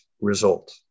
result